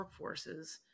workforces